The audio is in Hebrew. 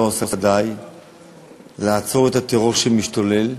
לא עושה די לעצור את הטרור המשתולל